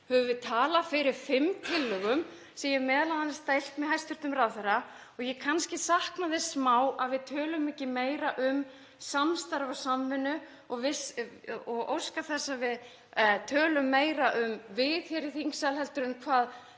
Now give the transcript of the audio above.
höfum við talað fyrir fimm tillögum sem ég hef m.a. deilt með hæstv. ráðherra. Ég saknaði kannski smá að við tölum ekki meira um samstarf og samvinnu og óska þess að við tölum meira um „við hér í þingsal“ heldur en hvað